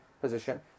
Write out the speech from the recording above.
position